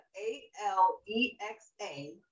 A-L-E-X-A